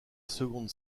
seconde